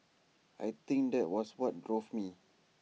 I think that was what drove me